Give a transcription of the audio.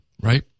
right